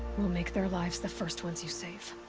we'll make their lives the first ones you save.